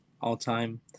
all-time